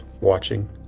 watching